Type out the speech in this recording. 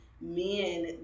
men